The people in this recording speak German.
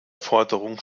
forderung